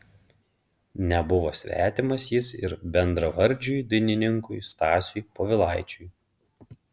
nebuvo svetimas jis ir bendravardžiui dainininkui stasiui povilaičiui